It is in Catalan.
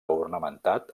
ornamentat